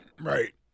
Right